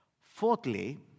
Fourthly